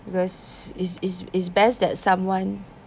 because is is is best that someone